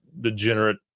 degenerate